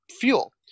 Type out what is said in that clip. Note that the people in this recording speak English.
fuel